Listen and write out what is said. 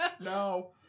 No